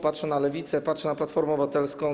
Patrzę na Lewicę i na Platformę Obywatelską.